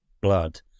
blood